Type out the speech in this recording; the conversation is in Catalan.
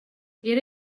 era